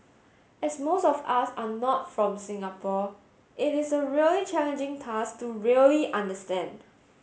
as most of us are not from Singapore it is a really challenging task to really understand